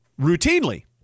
routinely